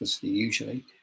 usually